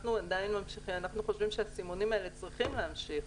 אנחנו חושבים שהסימונים האלה צריכים להמשיך.